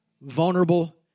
vulnerable